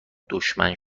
دشمن